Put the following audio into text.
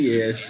Yes